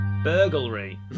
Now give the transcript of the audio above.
Burglary